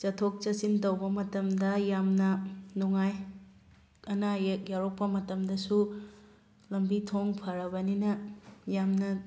ꯆꯠꯊꯣꯛ ꯆꯠꯁꯤꯟ ꯇꯧꯕ ꯃꯇꯝꯗ ꯌꯥꯝꯅ ꯅꯨꯡꯉꯥꯏ ꯑꯅꯥ ꯑꯥꯌꯦꯛ ꯌꯥꯎꯔꯛꯄ ꯃꯇꯝꯗꯁꯨ ꯂꯝꯕꯤ ꯊꯣꯡ ꯐꯔꯕꯅꯤꯅ ꯌꯥꯝꯅ